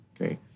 Okay